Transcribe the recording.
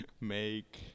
make